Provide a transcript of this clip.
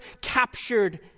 captured